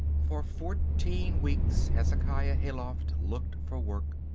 for fourteen weeks hezekiah hayloft looked for work.